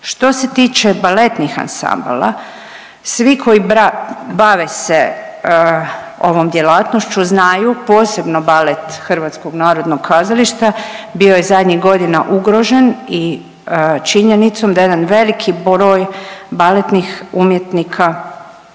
što se tiče baletnih ansambala, svi koji bave se ovom djelatnošću znaju, posebno balet HNK-a, bio je zadnjih godina ugrožen i činjenicom da jedan veliki broj baletnih umjetnika